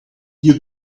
you